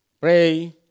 Pray